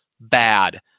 bad